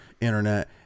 internet